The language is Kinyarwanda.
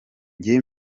njye